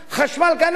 חשמל, כנ"ל.